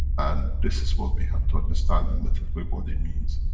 and, this is what we have to understand, mythically, what it means.